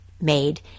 made